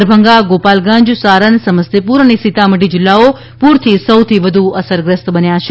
દરભંગા ગોપાલગંજ સારન સમસ્તીપુર અને સીતામઢી જિલ્લાઓ પ્રરથી સૌથી વધુ અસરગ્રસ્ત બન્યા છે